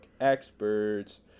experts